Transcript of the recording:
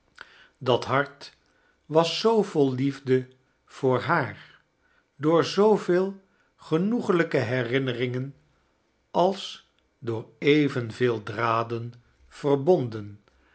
dat hart was zoo vol liefde voor haar door zooveel genoegelijke herinneriugen als door evenveel draden verbondeu